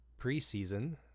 preseason